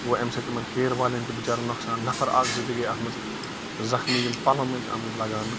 گوٚو اَمہِ سۭتۍ یِمَن تیٖر والیٚن تہِ بِچاریفن نۄقصان نَفر اَکھ زٕ تہِ گٔے اَتھ منٛز زخمی یِم پَلَن ٲسۍ آمِتۍ لگاونہٕ